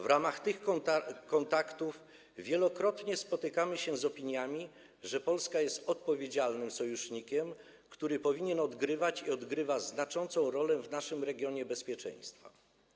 W ramach tych kontaktów wielokrotnie spotykamy się z opiniami, że Polska jest odpowiedzialnym sojusznikiem, który powinien odgrywać i odgrywa znaczącą rolę w naszym regionie w zakresie bezpieczeństwa.